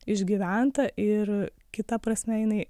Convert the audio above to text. išgyventa ir kita prasme jinai